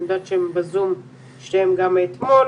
אני יודעת שהם בזום, שגם גם אתמול